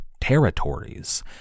territories